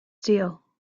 steel